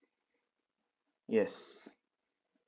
yes